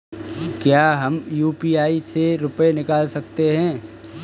क्या हम यू.पी.आई से रुपये निकाल सकते हैं?